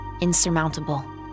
insurmountable